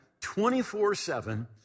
24-7